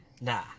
nah